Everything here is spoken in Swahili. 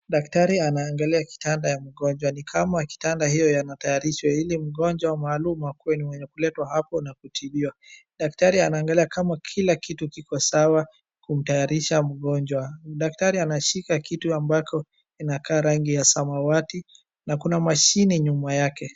Daktari anaangalia kitanda ya mgonjwa. Ni kama kitanda hiyo yanatayarishwa ili mgonjwa maalum akue mwenye kupelekwa hapo na kutibwa. Daktari anaangalia kama kila kitu kiko sawa kumtayarisha mgonjwa. Daktari anashika kitu ambako inakaa rangi ya samawati na kuna mashine nyuma yake.